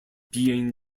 being